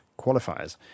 qualifiers